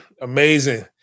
Amazing